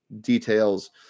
details